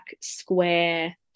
square